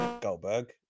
Goldberg